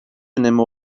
önemi